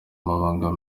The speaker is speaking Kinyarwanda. amabanga